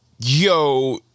Yo